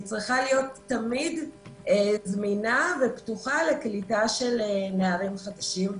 היא צריכה להיות תמיד זמינה ופתוחה לקליטה של נערים חדשים,